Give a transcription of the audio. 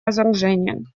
разоружения